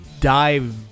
dive